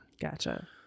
Gotcha